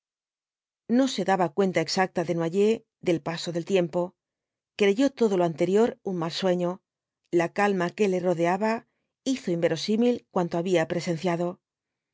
no se daba cuenta exacta desnoyers del paso del tiempo creyó todo lo anterior un mal ensueño la calma que le rodeaba hizo inverosímil cuanto había presenciado